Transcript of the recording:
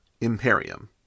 Imperium